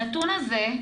הנתון הזה,